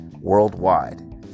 worldwide